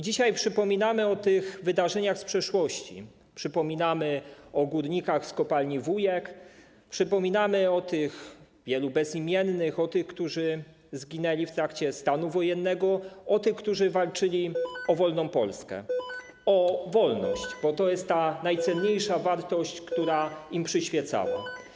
Dzisiaj przypominamy o tych wydarzeniach z przeszłości, przypominamy o górnikach z kopalni Wujek, przypominamy o tych wielu bezimiennych, o tych, którzy zginęli w trakcie stanu wojennego, o tych, którzy walczyli o wolną Polskę, o wolność, bo to jest ta najcenniejsza wartość, która im przyświecała.